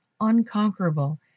unconquerable